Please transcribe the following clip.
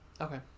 Okay